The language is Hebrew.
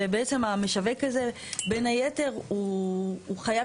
ובעצם המשווק הזה בין היתר הוא חייב